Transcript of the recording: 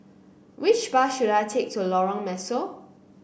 which bus should I take to Lorong Mesu